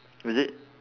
is it